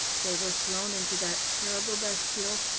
they were thrown into that terrible bastille,